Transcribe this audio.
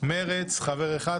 למרצ חבר אחד,